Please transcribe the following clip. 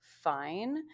fine